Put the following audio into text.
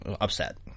upset